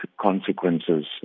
consequences